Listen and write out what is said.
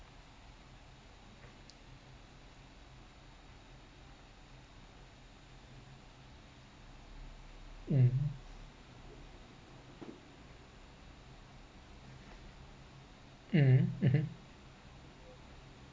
mm mm mmhmm